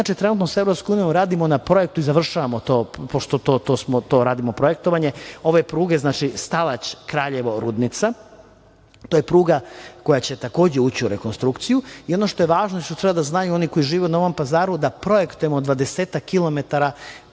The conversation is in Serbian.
inače, trenutno sa EU radimo na projektu i završavamo to, pošto radimo projektovanje pruge Stalać-Kraljevo-Rudnica. To je pruga koja će takođe ući u rekonstrukciju i ono što je važno i što treba da znaju oni koji žive u Novom Pazaru daprojektujemo